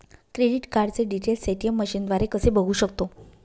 Credit कार्डचे details ATM मशीनद्वारे कसे बघू शकतो?